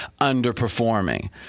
underperforming